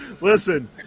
Listen